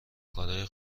کارای